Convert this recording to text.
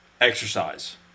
exercise